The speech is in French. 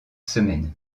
semaines